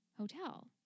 hotel